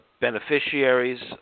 beneficiaries